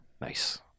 Nice